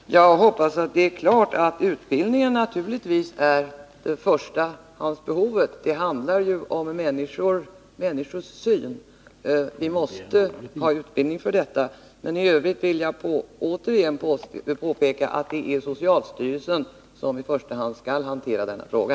Herr talman! Jag hoppas att det är klart att utbildning naturligtvis är förstahandsbehovet. Det handlar ju om människors syn. Vi måste ha en utbildning för detta. I övrigt vill jag återigen påpeka att det är socialstyrelsen som i första hand skall hantera denna fråga.